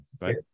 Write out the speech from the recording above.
Right